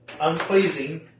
unpleasing